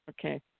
Okay